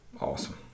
awesome